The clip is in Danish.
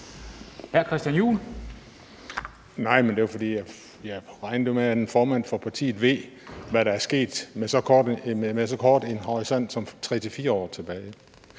Nej, men jeg spurgte, fordi jeg jo regnede med, at en formand for et parti ved, hvad der er sket med så kort en horisont som 3-4 år tilbage.